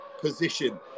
position